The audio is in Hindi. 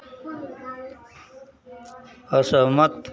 असहमत